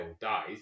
dies